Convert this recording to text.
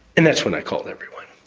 and that's when i called everyone.